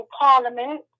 parliament